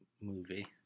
Movie